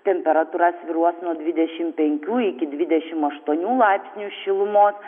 temperatūra svyruos nuo dvidešim penkių iki dvidešim aštuonių laipsnių šilumos